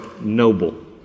noble